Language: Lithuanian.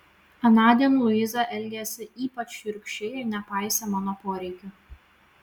anądien luiza elgėsi ypač šiurkščiai ir nepaisė mano poreikių